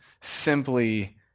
simply